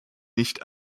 nicht